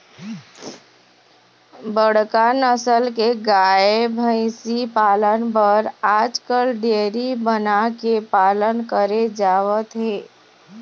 बड़का नसल के गाय, भइसी पालन बर आजकाल डेयरी बना के पालन करे जावत हे